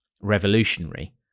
revolutionary